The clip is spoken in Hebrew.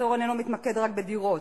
המחסור איננו מתמקד רק בדירות,